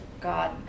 God